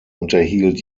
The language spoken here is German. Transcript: unterhielt